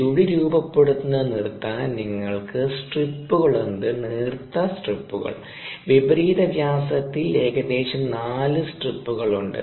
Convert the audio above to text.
ചുഴി രൂപപ്പെടുന്നത് നിർത്താൻ നിങ്ങൾക്ക് സ്ട്രിപ്പുകൾ ഉണ്ട് നേർത്ത സ്ട്രിപ്പുകൾ വിപരീത വ്യാസത്തിൽ ഏകദേശം 4 സ്ട്രിപ്പുകൾ ഉണ്ട്